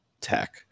tech